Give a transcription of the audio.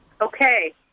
okay